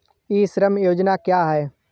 ई श्रम योजना क्या है?